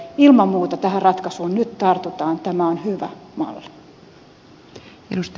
ilman muuta tähän ratkaisuun nyt tartutaan tämä on hyvä malli